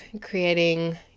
creating